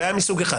זו בעיה מסוג אחד.